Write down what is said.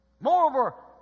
Moreover